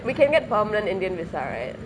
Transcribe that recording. we can get permanent indian visa right